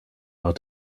our